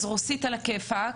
אז רוסית עלא כיפאק,